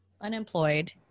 unemployed